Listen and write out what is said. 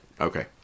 okay